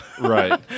right